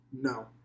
No